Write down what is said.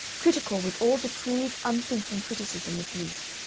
critical with all the crude unthinking criticism of youth.